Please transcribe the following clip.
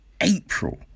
April